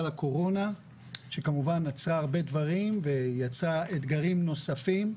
הקורונה שכמובן עצרה הרבה דברים ויצרה אתגרים נוספים,